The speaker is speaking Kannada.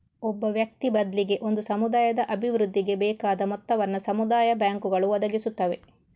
ಒಬ್ಬ ವ್ಯಕ್ತಿ ಬದ್ಲಿಗೆ ಒಂದು ಸಮುದಾಯದ ಅಭಿವೃದ್ಧಿಗೆ ಬೇಕಾದ ಮೊತ್ತವನ್ನ ಸಮುದಾಯ ಬ್ಯಾಂಕುಗಳು ಒದಗಿಸುತ್ತವೆ